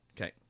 Okay